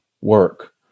work